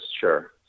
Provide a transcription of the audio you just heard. sure